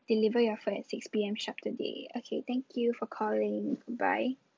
delivering your food at six P_M sharp today okay thank you for calling goodbye